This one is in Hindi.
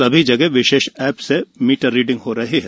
सभी जगह एप से मीटर रीडिंग हो रही है